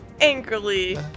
angrily